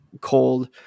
cold